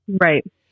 Right